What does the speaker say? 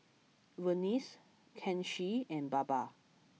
Verghese Kanshi and Baba